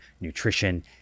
nutrition